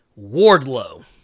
Wardlow